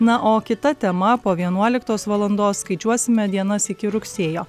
na o kita tema po vienuoliktos valandos skaičiuosime dienas iki rugsėjo